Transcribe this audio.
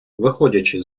виходячи